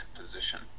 position